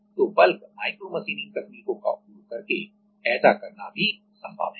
तो bulk bulk micromachining तकनीकों का उपयोग करके ऐसा करना भी संभव है